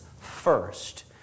first